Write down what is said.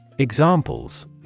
Examples